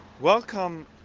welcome